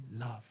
love